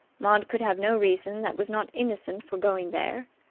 maud could have no reason that was not innocent for going there.